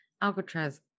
Alcatraz